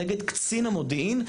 נגד קצין המודיעין,